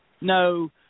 No